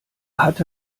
hatte